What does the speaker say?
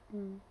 mm